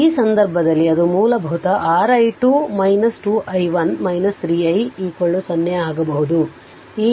ಆದ್ದರಿಂದ ಈ ಸಂದರ್ಭದಲ್ಲಿ ಅದು ಮೂಲತಃ 6 i2 2 i1 3 i 0 ಆಗಬಹುದು